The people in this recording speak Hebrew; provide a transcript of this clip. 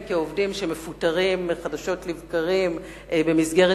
אם כעובדים שמפוטרים חדשות לבקרים במסגרת